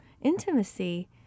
Intimacy